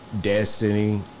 destiny